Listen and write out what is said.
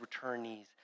returnees